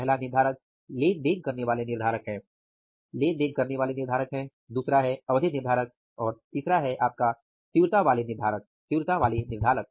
पहला निर्धारक लेन देन करने वाले निर्धारक हैं लेन देन करने वाले निर्धारक हैं दूसरा है अवधि निर्धारक और तीसरा है आपका तीव्रता वाले निर्धारक तीव्रता वाले निर्धारक